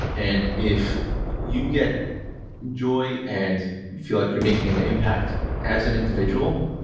and if you get joy and you feel like you're making an impact as an individual,